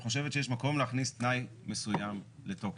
חושבת שיש מקום להכניס תנאי מסוים לתוקף.